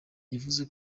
yavuze